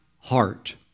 heart